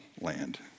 land